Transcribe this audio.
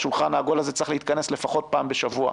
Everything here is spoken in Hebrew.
והשולחן העגול הזה צריך להתכנס לפחות פעם בשבוע.